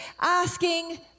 asking